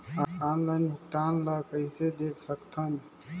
Online भुगतान ल कइसे देख सकथन?